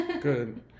Good